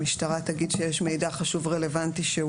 המשטרה תגיד שיש מידע חשוב ורלוונטי שהוא